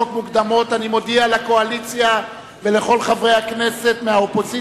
הנני מתכבדת להודיעכם כי: 1. חבר הכנסת אריה